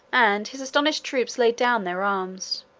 and his astonished troops laid down their arms.